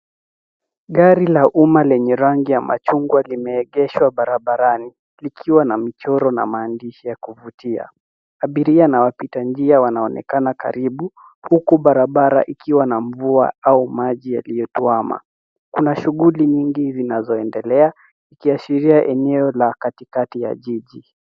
Gari la umma lenye rangi ya machungwa limeegeshwa barabarani likiwa na michoro na maandishi ya kuvutia. Abiria na wapitanjia wanaonekana karibu huku barabara ikiwa na mvua au maji yaliyotuama. Kuna shughuli nyingi zinazoendelea ikiashiria eneo la katikati ya jiji.